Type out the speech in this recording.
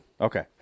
Okay